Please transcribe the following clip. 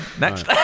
Next